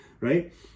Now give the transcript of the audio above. Right